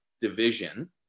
division